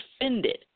offended